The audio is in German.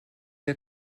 der